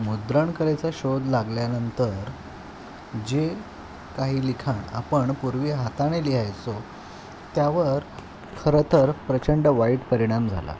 मुद्रणकलेचा शोध लागल्यानंतर जे काही लिखाण आपण पूर्वी हाताने लिहायचो त्यावर खरंतर प्रचंड वाईट परिणाम झाला